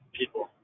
people